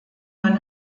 mann